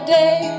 day